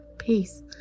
peace